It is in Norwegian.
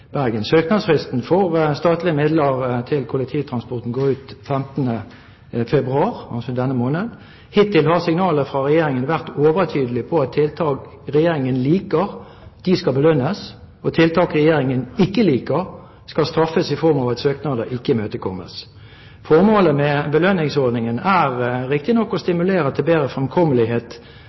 Søknadsfristen for statlige midler til kollektivtransporten går ut 15. februar, altså i denne måned. Hittil har signalene fra Regjeringen vært overtydelige på at tiltak Regjeringen liker, skal belønnes, og tiltak Regjeringen ikke liker, skal straffes i form av at søknader ikke imøtekommes. Formålet med belønningsordningen er riktignok å stimulere til bedre framkommelighet,